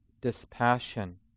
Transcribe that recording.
dispassion